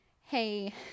hey